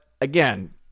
again